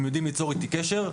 הם יודעים ליצור איתי קשר.